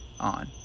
on